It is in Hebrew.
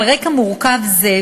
על רקע מורכב זה,